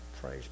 Praise